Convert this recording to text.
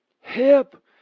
Hip